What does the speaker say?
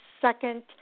second